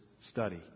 study